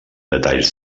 detalls